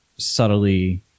subtly